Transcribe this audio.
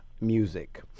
music